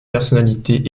personnalités